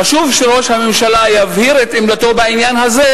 חשוב שראש הממשלה יבהיר את עמדתו בעניין הזה,